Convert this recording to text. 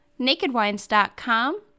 NakedWines.com